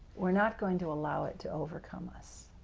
we're not going to allow it to overcome us.